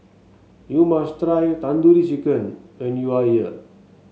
you must try Tandoori Chicken when you are here